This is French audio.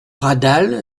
radal